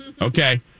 Okay